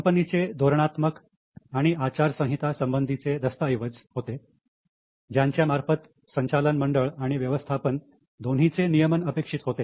कंपनीचे धोरणात्मक आणि आचारसंहिता संबंधीचे दस्तैवज़ होते ज्याच्या मार्फत संचालन मंडळ आणि व्यवस्थापन दोन्हीचे नियमन अपेक्षित होते